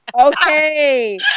Okay